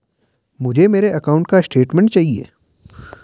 मुझे मेरे अकाउंट का स्टेटमेंट चाहिए?